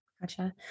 Gotcha